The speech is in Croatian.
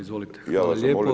Izvolite.